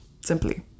simply